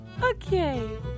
Okay